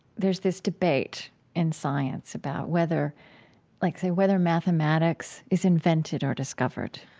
there's this debate in science about whether like, say whether mathematics is invented or discovered.